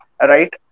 Right